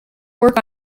work